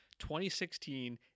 2016